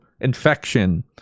infection